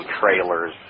trailers